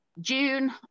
june